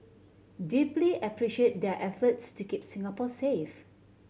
deeply appreciate their efforts to keep Singapore safe